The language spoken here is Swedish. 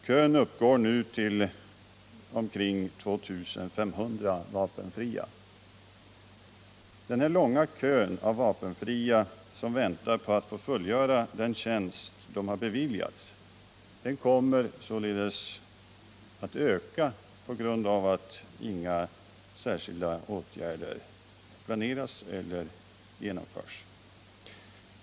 Kön uppgår nu till omkring 2 500 vapenfria. Den långa kön av vapenfria som väntar på att få fullgöra den tjänst de beviljats kommer således att öka på grund av att inga särskilda åtgärder planeras eller genomförs.